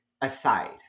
aside